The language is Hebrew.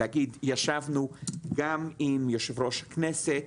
להגיד ישבנו גם עם יושב ראש הכנסת